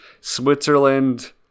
Switzerland